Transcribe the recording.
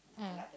mm